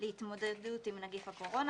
להתמודדות עם נגיף הקורונה,